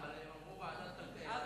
אבל הם אמרו ועדת הכלכלה.